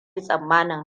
tsammanin